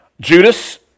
Judas